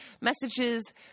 messages